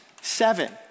seven